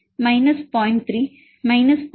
3 கழித்தல் 0